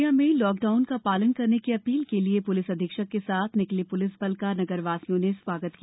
उमरिया में लाकडाउन का पालन करने की अपील के लिए प्लिस अधीक्षक के साथ निकले प्लिस बल का न रवासियों ने स्वा त किया